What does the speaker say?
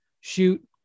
Shoot